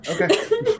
Okay